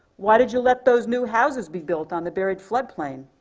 why did you let those new houses be built on the buried flood plain?